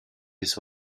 des